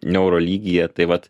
neuro lygyje tai vat